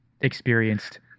experienced